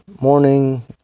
morning